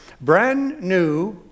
brand-new